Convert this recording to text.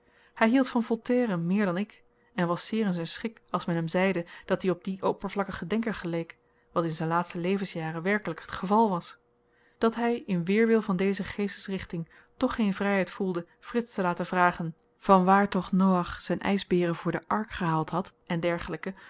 hy hield van voltaire meer dan ik en was zeer in z'n schik als men hem zeide dat-i op dien oppervlakkigen denker geleek wat in z'n laatste levensjaren werkelyk t geval was dat hy in weerwil van deze geestesrichting toch geen vryheid voelde frits te laten vragen vanwaar toch noach z'n ysbeeren voor de ark gehaald had e d